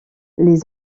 les